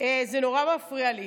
זה נורא מפריע לי,